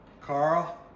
Carl